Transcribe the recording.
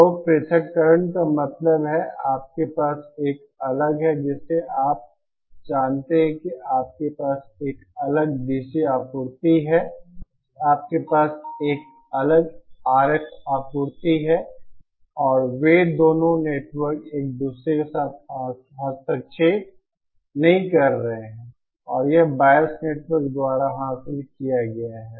तो पृथक्करण का मतलब है कि आपके पास एक अलग है जिसे आप जानते हैं कि आपके पास एक अलग DC आपूर्ति है आपके पास एक अलग RF आपूर्ति है और वे दोनों नेटवर्क एक दूसरे के साथ हस्तक्षेप नहीं कर रहे हैं और यह बायस नेटवर्क द्वारा हासिल किया गया है